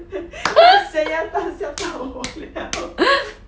那个咸鸭蛋吓到我 liao